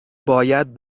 باید